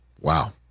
Wow